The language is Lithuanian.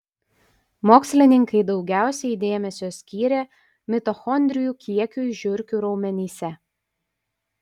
mokslininkai daugiausiai dėmesio skyrė mitochondrijų kiekiui žiurkių raumenyse